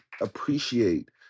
appreciate